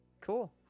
Cool